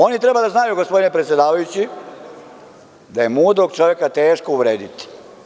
Oni treba da znaju gospodine predsedavajući, da je mudrog čoveka teško uvrediti.